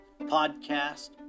...podcast